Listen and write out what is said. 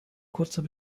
kurzer